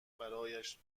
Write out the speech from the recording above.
برایش